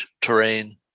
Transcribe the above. terrain